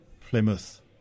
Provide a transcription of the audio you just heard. Plymouth